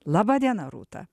laba diena rūta